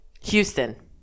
Houston